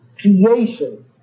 creation